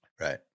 right